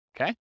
Okay